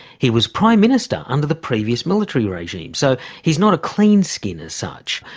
he was prime minister under the previous military regime, so he's not a cleanskin as such.